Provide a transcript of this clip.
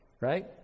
right